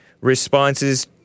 responses